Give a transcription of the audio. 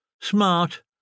Smart